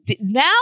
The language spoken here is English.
Now